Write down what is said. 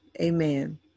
Amen